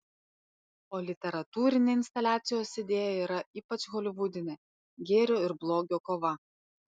o literatūrinė instaliacijos idėja yra ypač holivudinė gėrio ir blogio kova